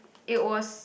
it was